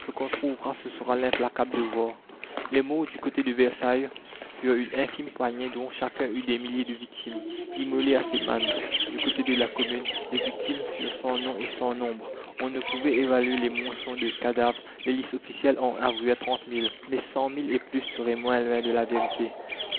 qu'on trouvera ce sera l'implacable devoir les morts du côté de versailles furent une infime poignée dont chacun eut des milliers de victimes immolées à ses mânes du côté de la commune les victimes furent sans nom et sans nombre on ne pouvait évaluer les monceaux de cadavres les listes officielles en avouèrent trente mille mais cent mille et plus serait moins loin de la vérité